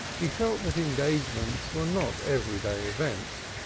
he felt that engagements were not every-day events,